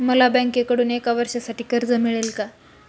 मला बँकेकडून एका वर्षासाठी कर्ज मिळेल का?